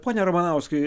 pone ramanauskai